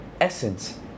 essence